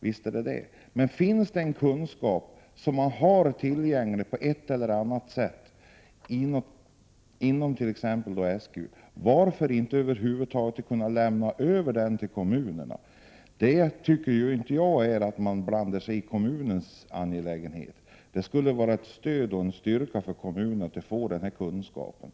Men varför kan man inte, om det nu finns kunskaper som är tillgängliga på ett eller annat sätt inom SGU, se till till att kommunerna får del av de kunskaper som finns? Jag tycker inte att det är att blanda sig i en kommuns angelägenheter. I stället tror jag att det skulle vara ett stöd och en styrka om kommunen fick del av kunskaperna.